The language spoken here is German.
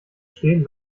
stehen